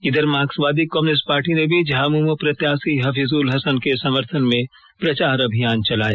इधर मार्क्सवादी communist party ने भी झामुमो प्रत्याशी हफीजुल हसन के समर्थन में प्रचार अभियान चलाया